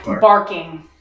barking